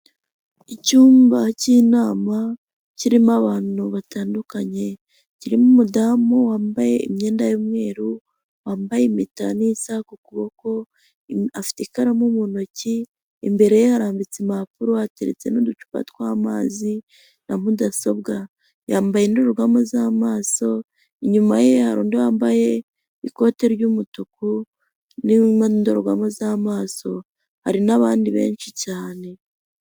Icyumba cy'inama kirimo abantu batandukanye, kirimo umudamu wambaye imyenda y'umweru, wambaye impeta n'isaha ku kuboko, afite ikaramu mu ntoki imbere ye harambitse impapuro hateretse n'uducupa tw'amazi na mudasobwa, yambaye indorerwamo z'amaso inyuma ye hari undi wambaye ikote ry'umutuku n'undi wambaye indorerwamo z'amaso hari n'abandi benshi cyane.